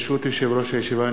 ברשות יושב-ראש הישיבה,